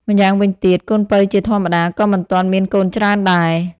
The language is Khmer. ម្យ៉ាងវិញទៀត កូនពៅជាធម្មតា ក៏មិនទាន់មានកូនច្រើនដែរ។